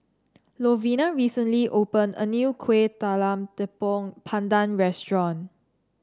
Lovina recently opened a new Kueh Talam Tepong Pandan Restaurant